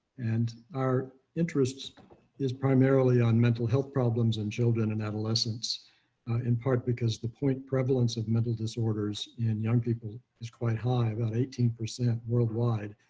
and our interests is primarily on mental health problems and children and adolescents in part because the point prevalence of mental disorders and young people is quite high about eighteen percent worldwide.